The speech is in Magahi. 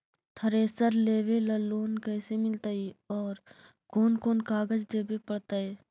थरेसर लेबे ल लोन कैसे मिलतइ और कोन कोन कागज देबे पड़तै?